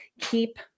keep